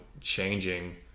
changing